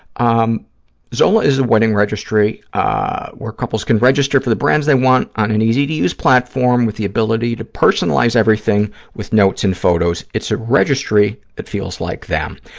um zola is a wedding registry ah where couples can register for the brands they want on an easy-to-use platform with the ability to personalize everything with notes and photos. it's a registry that feels like them.